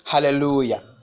Hallelujah